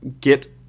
get –